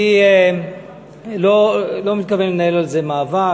אני לא מתכוון לנהל על זה מאבק.